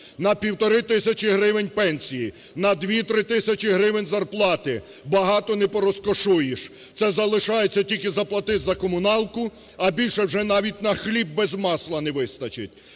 На півтори тисячі гривень пенсії, на 2-3 тисячі гривень зарплати, багато не порозкошуєш. Це залишається тільки заплатити за комуналку, а більше вже навіть на хліб без масла не вистачить.